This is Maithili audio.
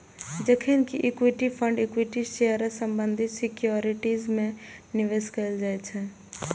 जखन कि इक्विटी फंड इक्विटी शेयर आ संबंधित सिक्योरिटीज मे निवेश कैल जाइ छै